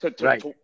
Right